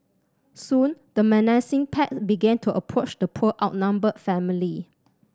soon the menacing pack began to approach the poor outnumbered family